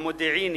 המודיעיניים,